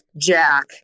Jack